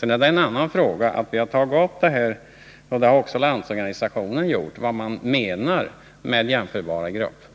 Det är en annan sak att vi, liksom Landsorganisationen, har tagit upp vad som menas med jämförbara grupper.